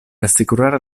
assicurare